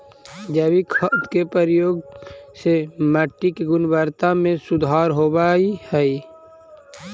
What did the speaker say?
जैविक खाद के प्रयोग से मट्टी के गुणवत्ता में सुधार होवऽ हई